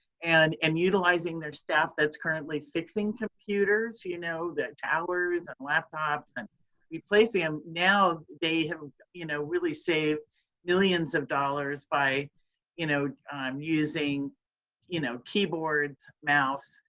and um utilizing their staff that's currently fixing computers, you know that towers and laptops and replace them um now. they have you know really saved millions of dollars by you know um using you know keyboards, mouse,